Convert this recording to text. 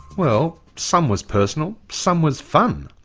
well, some was personal, some was fun.